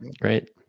Great